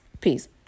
Peace